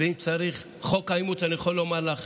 אני יכול לומר לך,